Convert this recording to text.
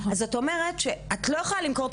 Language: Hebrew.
אז את אומרת שאת לא יכולה למכור את